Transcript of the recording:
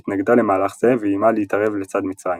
התנגדה למהלך זה ואיימה להתערב לצד מצרים.